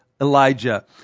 Elijah